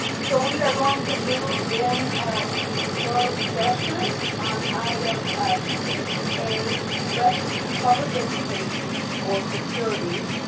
so we are going to move in to closed session on item six a, threat to public education or facilities,